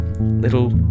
little